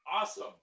Awesome